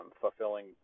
fulfilling